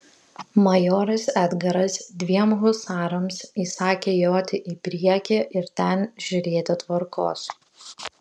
majoras edgaras dviem husarams įsakė joti į priekį ir ten žiūrėti tvarkos